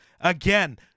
again